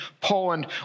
Poland